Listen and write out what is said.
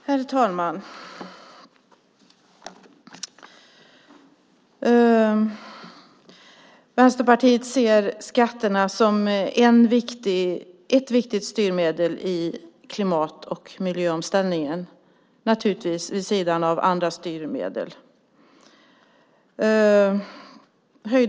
Herr talman! Vänsterpartiet ser skatterna som ett viktigt styrmedel i klimat och miljöomställningen, naturligtvis vid sidan av andra styrmedel.